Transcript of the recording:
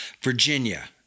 Virginia